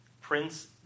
Prince